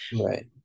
right